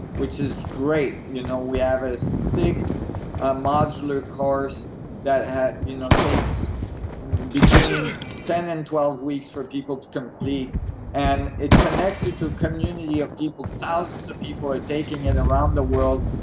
which is great. you know we have a six ah modular course that you know takes between ten and twelve weeks for people to complete and it connects you to a community of people thousands of people are taking it around the world,